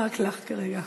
מותר רק לך כרגע.